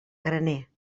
graner